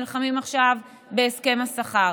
נלחמים עכשיו בהסכם השכר,